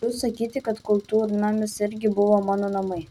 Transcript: galiu sakyti kad kultūrnamis irgi buvo mano namai